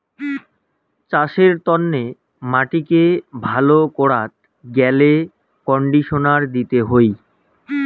চাসের তন্নে মাটিকে ভালো করাত গ্যালে কন্ডিশনার দিতে হই